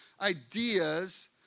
ideas